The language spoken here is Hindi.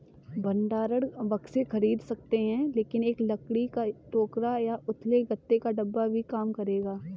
भंडारण बक्से खरीद सकते हैं लेकिन एक लकड़ी का टोकरा या उथले गत्ते का डिब्बा भी काम करेगा